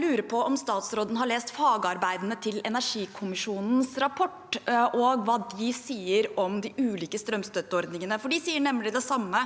lurer på om statsråden har lest fagarbeidene til energikom misjonens rapport og hva de sier om de ulike strømstøtteordningene, for de sier nemlig det samme